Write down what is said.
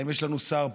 האם יש לנו שר פה?